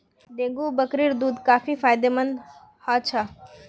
dengue बकरीर दूध काफी फायदेमंद ह छ